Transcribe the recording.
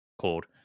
called